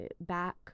back